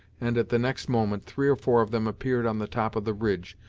and at the next moment three or four of them appeared on the top of the ridge,